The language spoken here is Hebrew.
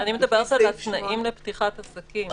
אני מדברת על התנאים לפתיחת עסקים.